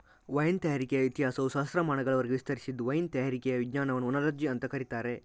wine ತಯಾರಿಕೆಯ ಇತಿಹಾಸವು ಸಹಸ್ರಮಾನಗಳವರೆಗೆ ವಿಸ್ತರಿಸಿದ್ದು ವೈನ್ ತಯಾರಿಕೆಯ ವಿಜ್ಞಾನವನ್ನ ಓನಾಲಜಿ ಅಂತ ಕರೀತಾರೆ